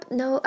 no